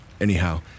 Anyhow